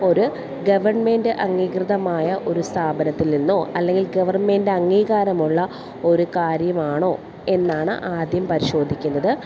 ഒരു ഗവൺമെൻറ് അംഗീകൃതമായ ഒരു സ്ഥാപനത്തിൽ നിന്നോ അല്ലെങ്കിൽ ഗവൺമെൻ്റ് അംഗീകാരമുള്ള ഒരു കാര്യമാണോ എന്നാണ് ആദ്യം പരിശോധിക്കുന്നത്